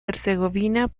herzegovina